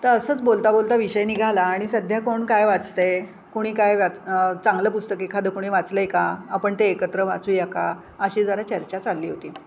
तर असंच बोलता बोलता विषय निघाला आणि सध्या कोण काय वाचते आहे कोणी काय वाच चांगलं पुस्तकं एखादं कोणी वाचलं आहे का आपण ते एकत्र वाचूया का अशी जरा चर्चा चालली होती